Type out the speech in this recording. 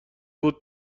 بودی